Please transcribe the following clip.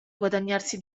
guadagnarsi